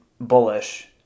Bullish